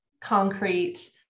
concrete